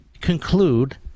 conclude